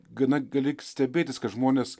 gana gali stebėtis kad žmonės